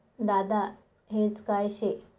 दादा हेज काय शे?